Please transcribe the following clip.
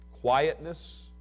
quietness